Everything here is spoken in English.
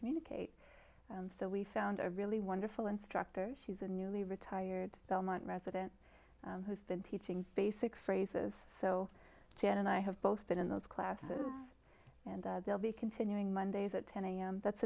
communicate so we found a really wonderful instructor she's a newly retired belmont resident who's been teaching basic phrases so jan and i have both been in those classes and they'll be continuing mondays at ten am that's